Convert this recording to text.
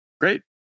great